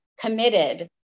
committed